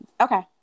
Okay